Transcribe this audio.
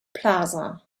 plaza